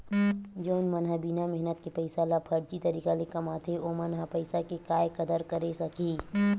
जउन मन ह बिना मेहनत के पइसा ल फरजी तरीका ले कमाथे ओमन ह पइसा के काय कदर करे सकही